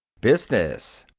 business!